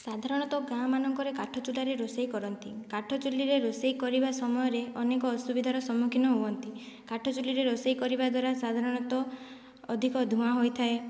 ସାଧାରଣତଃ ଗାଁ ମାନଙ୍କରେ କାଠ ଚୁଲାରେ ରୋଷେଇ କରନ୍ତି କାଠ ଚୁଲିରେ ରୋଷେଇ କରିବା ସମୟରେ ଅନେକ ଅସୁବିଧାର ସମ୍ମୁଖୀନ ହୁଅନ୍ତି କାଠ ଚୁଲିରେ ରୋଷେଇ କରିବା ଦ୍ଵାରା ସାଧାରଣତଃ ଅଧିକା ଧୂଆଁ ହୋଇଥାଏ